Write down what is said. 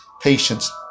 patience